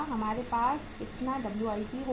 हमारे पास कितना WIP होगा